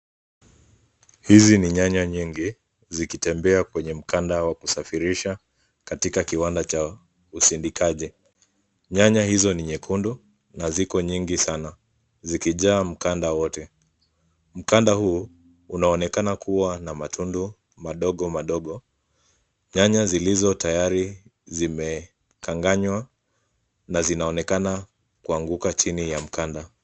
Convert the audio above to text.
Hizi ni nyanya nyingi zikitembea kwenye mkanda wa kusafirisha katika kiwanda cha usindikaji. Nyanya hizo ni nyekundu na ziko nyingi sana zikijaa nkanda wote. Mkanda huu unaonekana kuwa na matundu madogo madogo. Nyanya zilizo tayari zimekanganywa na zinaonekana kuanguka china ya mkanda.